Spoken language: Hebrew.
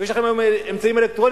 יש לכם היום אמצעים אלקטרוניים,